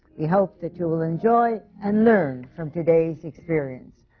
we hope that you will enjoy and learn from today's experience.